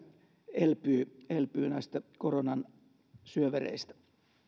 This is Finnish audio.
elpyy elpyy näistä koronan syövereistä